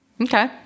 okay